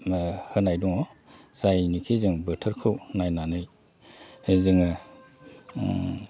होनाय दङ जायनिखि जों बोथोरखौ नायनानै जोङो